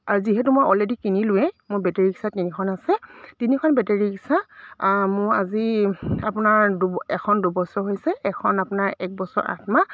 আৰু যিহেতু মই অলৰেডি কিনিলোঁৱে মোৰ বেটেৰী ৰিক্সা তিনিখন আছে তিনিখন বেটেৰী ৰিক্সা মোৰ আজি আপোনাৰ এখন দুবছৰ হৈছে এখন আপোনাৰ এক বছৰ আঠমাহ